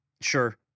Sure